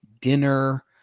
dinner